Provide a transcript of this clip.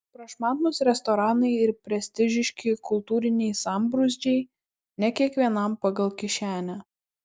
prašmatnūs restoranai ir prestižiški kultūriniai sambrūzdžiai ne kiekvienam pagal kišenę